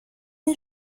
این